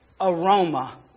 aroma